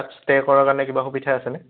তাত ষ্টে' কৰাৰ কাৰণে কিবা সুবিধা আছেনে